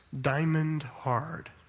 diamond-hard